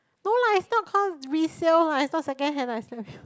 no lah it's not call resale lah it's not secondhand I slap you